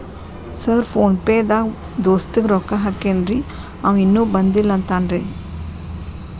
Sir PhonePe ದಾಗ ದೋಸ್ತ್ ಗೆ ರೊಕ್ಕಾ ಹಾಕೇನ್ರಿ ಅಂವ ಇನ್ನು ಬಂದಿಲ್ಲಾ ಅಂತಾನ್ರೇ?